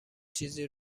چیزی